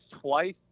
twice